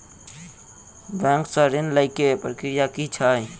Bank सऽ ऋण लेय केँ प्रक्रिया की छीयै?